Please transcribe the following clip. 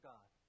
God